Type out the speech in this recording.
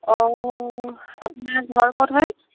অঁ আপোনাৰ ঘৰ ক'ত হয়